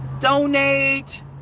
Donate